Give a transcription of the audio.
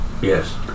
Yes